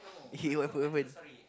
okay what happen what happen